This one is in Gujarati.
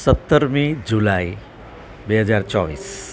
સત્તરમી જુલાઈ બે હજાર ચોવીસ